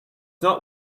not